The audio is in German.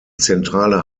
zentrale